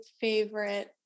favorite